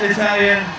Italian